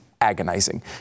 agonizing